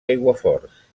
aiguaforts